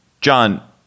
John